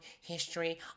History